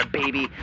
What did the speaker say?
baby